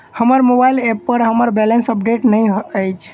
हमर mobile app पर हमर बैलेंस अपडेट नहि अछि